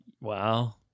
Wow